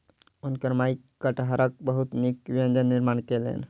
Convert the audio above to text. हुनकर माई कटहरक बहुत नीक व्यंजन निर्माण कयलैन